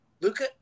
Luca